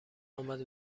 آمد